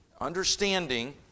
Understanding